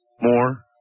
more